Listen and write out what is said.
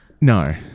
No